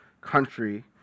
country